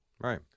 Right